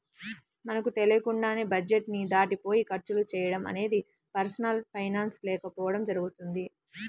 మనకు తెలియకుండానే బడ్జెట్ ని దాటిపోయి ఖర్చులు చేయడం అనేది పర్సనల్ ఫైనాన్స్ లేకపోవడం జరుగుతుంది